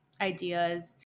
ideas